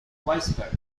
whisper